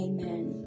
Amen